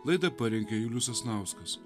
laidą parengė julius sasnauskas